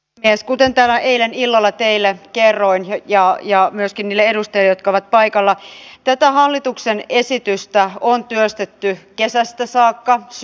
kuten täällä eilen illalla teille kerroin ja myöskin niille edustajille jotka ovat paikalla tätä hallituksen esitystä on työstetty kesästä saakka koko syksy